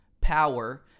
power